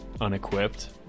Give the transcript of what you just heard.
unequipped